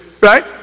Right